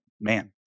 man